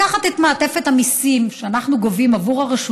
לקחת את מעטפת המיסים שאנחנו גובים עבור הרשות